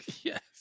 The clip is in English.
Yes